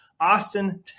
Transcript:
austin